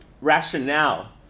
rationale